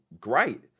great